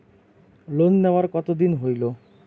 Loan নেওয়ার কতদিন হইল?